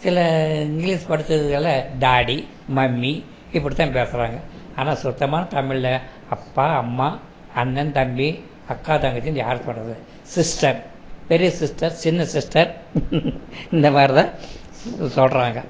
சில இங்கிலீஷ் படிச்சவுங்கள்லாம் daddy mummy இப்படித்தான் பேசறாங்க ஆனால் சுத்தமான தமிழில் அப்பா அம்மா அண்ணன் தம்பி அக்கா தங்கச்சினு யாரும் சொல்றது இல்லை சிஸ்டர் பெரிய சிஸ்டர் சின்ன சிஸ்டர் இந்தமாதிரிதான் சொல்கிறாங்க